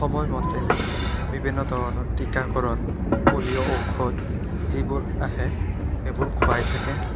সময়মতে বিভিন্ন ধৰণৰ টীকাকৰণ পলিঅ' ঔষধ যিবোৰ আহে সেইবোৰ খোৱাই থাকে